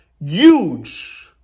Huge